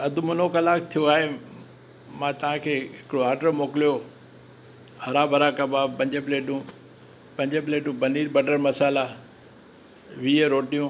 अधु मुनो कलाकु थियो आहे मां तव्हांखे हिकिड़ो ऑडर मोकिलियो हुओ हरा भरा कबाब पंज प्लेटूं पंज प्लेटूं पनीर मसाला वीह रोटियूं